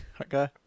Okay